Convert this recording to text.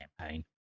campaign